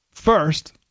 First